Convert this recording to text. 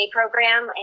program